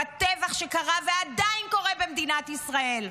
בטבח שקרה ועדיין קורה במדינת ישראל?